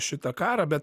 šitą karą bet